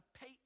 pay